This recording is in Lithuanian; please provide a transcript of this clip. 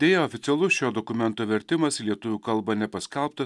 deja oficialus šio dokumento vertimas į lietuvių kalbą nepaskelbtas